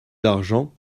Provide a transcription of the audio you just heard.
d’argent